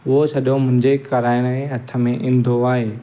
उहो सॼो मुंहिंजे कराइण जे हथ में ईंदो आहे